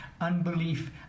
unbelief